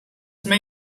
may